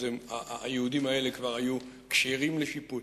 אז היהודים האלה כבר היו כשרים לשיפוט.